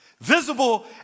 Visible